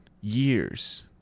years